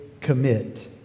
commit